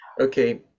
okay